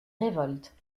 révolte